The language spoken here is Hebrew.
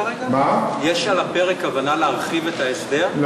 יש על הפרק כוונה להרחיב את ההסדר כרגע?